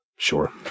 Sure